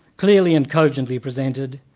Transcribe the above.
clearly and cogently presented,